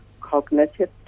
cognitive